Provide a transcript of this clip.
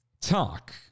talk